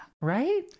Right